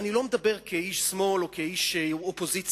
אני לא מדבר כאיש שמאל או כאיש אופוזיציה.